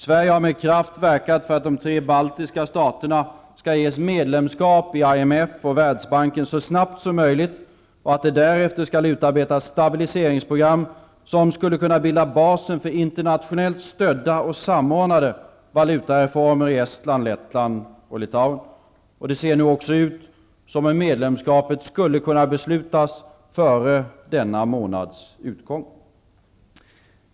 Sverige har med kraft verkat för att de tre baltiska staterna skall ges medlemskap i IMF och Världsbanken så snabbt som möjligt och att det därefter skall utarbetas stabiliseringsprogram som skulle kunna bilda basen för internationellt stödda och samordnade valutareformer i Estland, Lettland och Litauen. Det ser nu också ut som om medlemskapet skulle kunna beslutas före denna månads utgång.